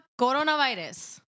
coronavirus